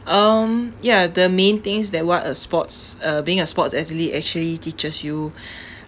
um ya the main things that what a sports uh being a sports athlete actually teaches you